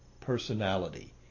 personality